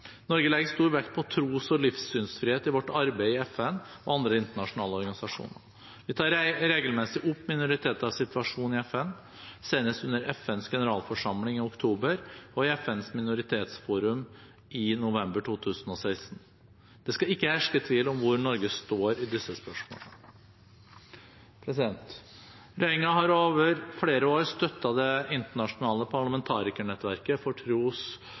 Norge legger stor vekt på tros- og livssynsfrihet i sitt arbeid i FN og andre internasjonale organisasjoner. Vi tar regelmessig opp minoriteters situasjon i FN, senest under FNs generalforsamling i oktober og i FNs minoritetsforum i november 2016. Det skal ikke herske tvil om hvor Norge står i disse spørsmålene. Regjeringen har over flere år støttet Det internasjonale parlamentarikernettverket for tros-